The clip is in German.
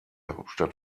hauptstadt